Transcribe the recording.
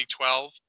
2012